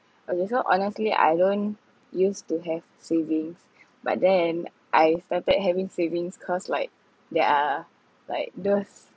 okay so honestly I don't use to have savings but then I started having savings cause like there are like those